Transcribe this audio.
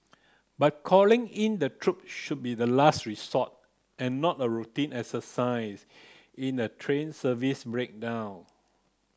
but calling in the troop should be the last resort and not a routine exercise in a train service breakdown